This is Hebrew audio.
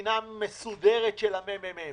בחינה מסודרת של מרכז המחקר